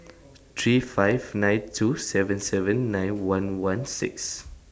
three five nine two seven seven nine one one six